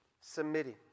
submitting